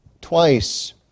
twice